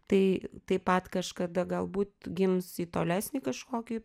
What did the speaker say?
tai taip pat kažkada galbūt gims į tolesnį kažkokį